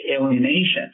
alienation